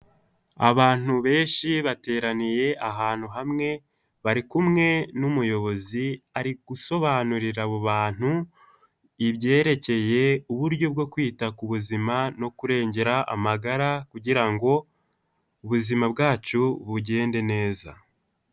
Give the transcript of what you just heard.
Abantu benshi bateraniye ahantu hamwe bari kumwe umuyobozi, ari gusobanurira abo bantu ibyerekeye uburyo bwo kwita ku buzima no kurengera amagara kugirango ngo ubuzima bwacu bugende neza.